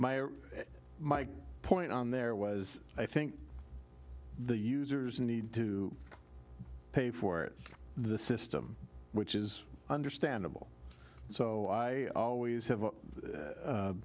my point on there was i think the users need to pay for it the system which is understandable so i always have a